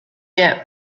yet